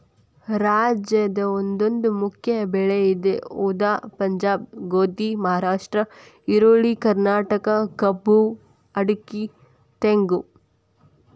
ರಾಜ್ಯದ ಒಂದೊಂದು ಮುಖ್ಯ ಬೆಳೆ ಇದೆ ಉದಾ ಪಂಜಾಬ್ ಗೋಧಿ, ಮಹಾರಾಷ್ಟ್ರ ಈರುಳ್ಳಿ, ಕರ್ನಾಟಕ ಕಬ್ಬು ಅಡಿಕೆ ತೆಂಗು